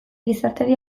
gizarteari